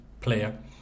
player